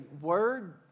word